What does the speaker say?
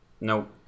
Nope